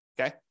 okay